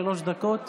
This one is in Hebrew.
שלוש דקות.